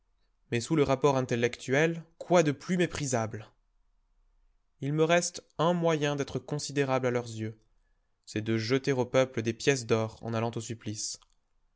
mais sous le rapport intellectuel quoi de plus méprisable il me reste un moyen d'être considérable à leurs yeux c'est de jeter au peuple des pièces d'or en allant au supplice